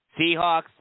Seahawks